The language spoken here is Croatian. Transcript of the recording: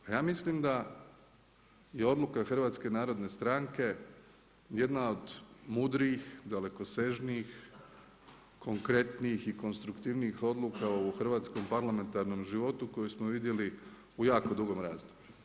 Pa ja mislim da je odluka HNS-a jedna od mudrijih, dalekosežnijih, konkretnijih i konstruktivnijih odluka u hrvatskom parlamentarnom životu koju smo vidjeli u jako dugom razdoblju.